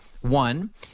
One